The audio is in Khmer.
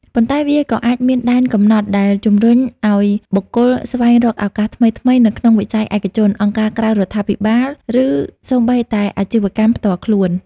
ប៉ុន្តែវាក៏អាចមានដែនកំណត់ដែលជំរុញឱ្យបុគ្គលស្វែងរកឱកាសថ្មីៗនៅក្នុងវិស័យឯកជន អង្គការក្រៅរដ្ឋាភិបាល ឬសូម្បីតែអាជីវកម្មផ្ទាល់ខ្លួន។